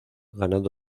ganando